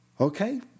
Okay